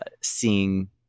seeing